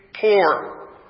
poor